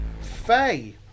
Faye